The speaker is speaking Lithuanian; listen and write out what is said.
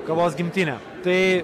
kavos gimtinė tai